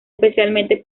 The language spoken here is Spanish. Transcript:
especialmente